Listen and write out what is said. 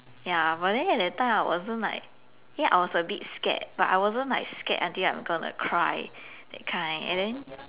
ya but then at that time I wasn't like ya I was a bit scared but I wasn't like scared until I'm gonna cry that kind and then